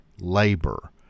labor